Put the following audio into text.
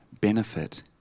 benefit